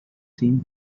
seem